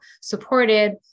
supported